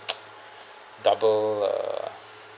double uh